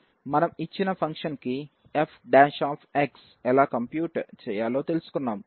మనం ఇచ్చిన ఫంక్షన్కి f' ఎలా కంప్యూట్ చేయాలో తెలుసుకున్నాం